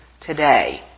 today